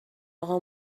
اقا